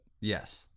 Yes